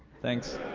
thanks.